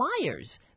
liars